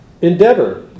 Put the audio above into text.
endeavor